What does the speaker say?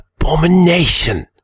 abomination